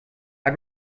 i’d